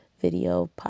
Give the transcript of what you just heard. video